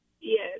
Yes